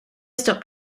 stop